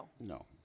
no